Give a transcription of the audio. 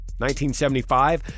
1975